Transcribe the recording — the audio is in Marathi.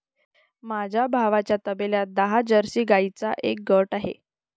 माझ्या भावाच्या तबेल्यात दहा जर्सी गाईंचा एक गट आहे